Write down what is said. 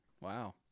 Wow